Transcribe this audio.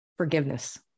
Forgiveness